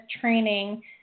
training